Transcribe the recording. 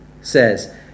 says